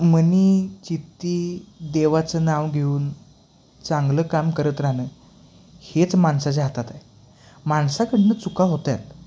मनी चित्ती देवाचं नाव घेऊन चांगलं काम करत राहणं हेच माणसाच्या हातात आहे माणसाकडून चुका होतात